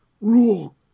rule